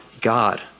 God